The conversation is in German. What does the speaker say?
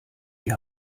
die